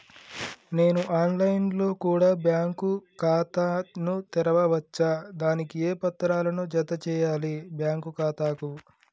నేను online లో కూడా బ్యాంకు ఖాతా ను తెరవ వచ్చా? దానికి ఏ పత్రాలను జత చేయాలి బ్యాంకు ఖాతాకు?